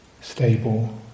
stable